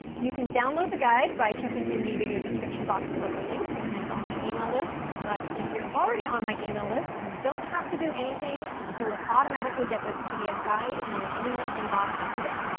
you can download the guide by checking in the video description box for a link to sign up on my email list, but if you're already on my email list, you don't have to do anything you will automatically get this pdf guide in your email inbox today.